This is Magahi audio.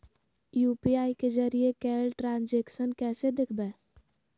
यू.पी.आई के जरिए कैल ट्रांजेक्शन कैसे देखबै?